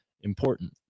important